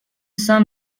saint